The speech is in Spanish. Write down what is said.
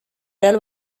real